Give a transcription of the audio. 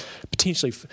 potentially